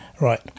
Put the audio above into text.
right